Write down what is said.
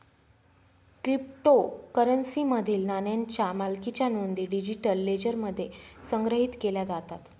क्रिप्टोकरन्सीमधील नाण्यांच्या मालकीच्या नोंदी डिजिटल लेजरमध्ये संग्रहित केल्या जातात